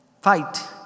fight